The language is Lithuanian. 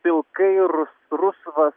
pilkai rus rusvas